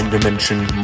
Dimension